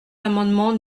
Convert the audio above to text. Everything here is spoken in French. l’amendement